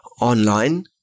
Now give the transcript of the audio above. online